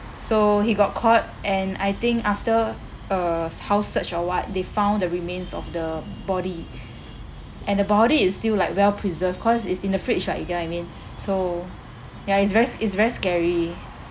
so he got caught and I think after a s~ house search or what they found the remains of the body and the body is still like well preserved cause it's in the fridge [what] you get what I mean so ya it's ver~ it's very scary